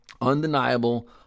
undeniable